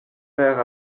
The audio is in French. père